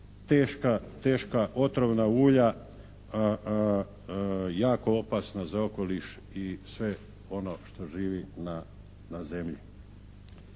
to su teška otrovna ulja jako opasna za okoliš i sve ono što živi na zemlji.